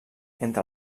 entre